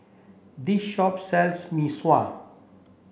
this shop sells Mee Sua